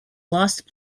last